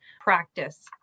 practice